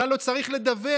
כלל לא צריך לדווח.